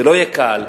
זה לא יהיה קל,